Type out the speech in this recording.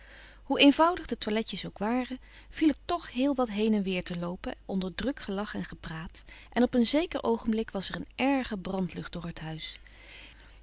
hoe eenvoudig de toiletjes ook waren viel er toch heel wat heen en weer te loopen onder druk gelach en gepraat en op een zeker oogenblik was er een erge brandlucht door het huis